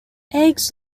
eggs